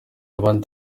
abandi